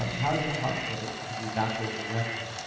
um how is it possible that you can do backward projection?